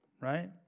right